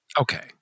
Okay